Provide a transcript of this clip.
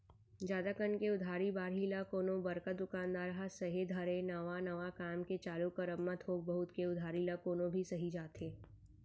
जादा कन के उधारी बाड़ही ल कोनो बड़का दुकानदार ह सेहे धरय नवा नवा काम के चालू करब म थोक बहुत के उधारी ल कोनो भी सहि जाथे